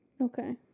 Okay